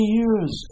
years